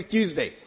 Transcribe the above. Tuesday